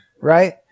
right